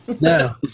No